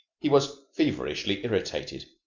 he was feverishly irritated.